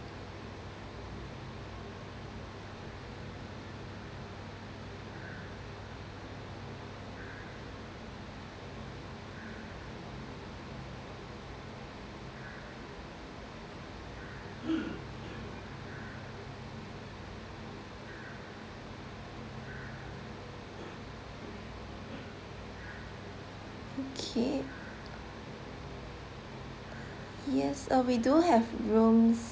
okay yes uh we do have rooms